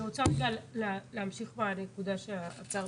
אני רוצה להמשיך בנקודה שעצרת.